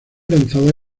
lanzada